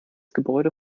gebäude